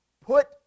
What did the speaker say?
put